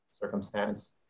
circumstance